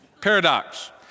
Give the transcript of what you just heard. Paradox